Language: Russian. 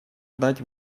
дать